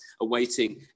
awaiting